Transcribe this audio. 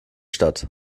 statt